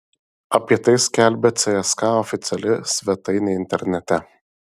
apie tai skelbia cska oficiali svetainė internete